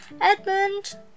Edmund